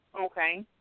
Okay